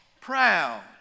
proud